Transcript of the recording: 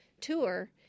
tour